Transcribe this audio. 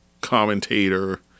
commentator